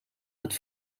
het